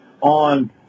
on